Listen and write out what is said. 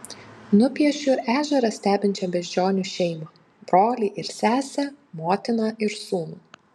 nupiešiu ežerą stebinčią beždžionių šeimą brolį ir sesę motiną ir sūnų